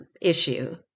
issue